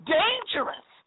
dangerous